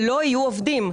ולא יהיו עובדים.